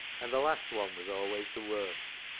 and the last one was always the worst.